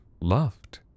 loved